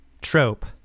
Trope